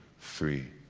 three,